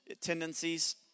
tendencies